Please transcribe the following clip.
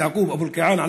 יעקוב אבו אלקיעאן,